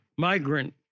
migrant